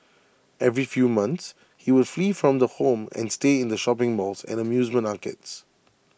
every few months he would flee from the home and stay in shopping malls and amusement arcades